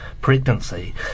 pregnancy